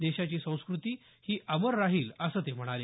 देशाची संस्कृती ही अमर राहील असं ते म्हणाले